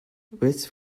this